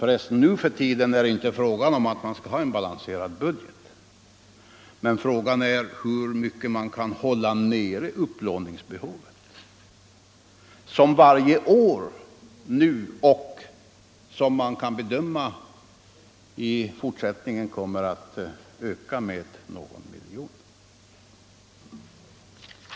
Förresten är det nu för tiden inte fråga om att ha en balanserad budget, men frågan är hur mycket man kan hålla nere upplåningsbehovet, som nu varje år och enligt vad man kan bedöma även i fortsättningen kommer att öka med någon miljon.